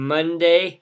Monday